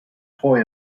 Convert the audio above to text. toy